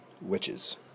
witches